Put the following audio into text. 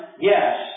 Yes